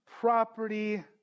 property